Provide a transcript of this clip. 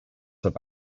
have